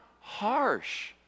harsh